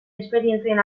esperientzien